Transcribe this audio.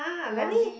very